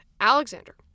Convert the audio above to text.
Alexander